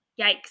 Yikes